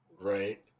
right